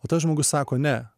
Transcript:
o tas žmogus sako ne